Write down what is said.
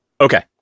Okay